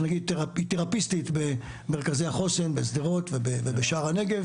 תרפיסטית במרכזי החוסן בשדרות ובשער הנגב,